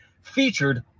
Featured